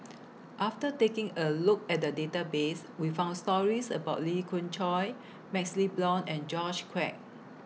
after taking A Look At The Database We found stories about Lee Khoon Choy MaxLe Blond and George Quek